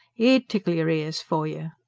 he'd tickle your ears for you.